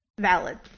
Valid